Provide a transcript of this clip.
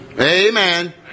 Amen